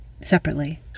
separately